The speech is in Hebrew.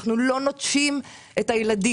אנחנו לא נוטשים את הילדים,